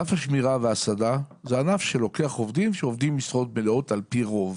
ענף השמירה וההסעדה זה ענף שלוקח עובדים שעובדים משרות מלאות על פי רוב.